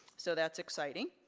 so that's exciting.